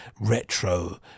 retro